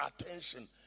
attention